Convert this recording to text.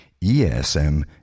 ESM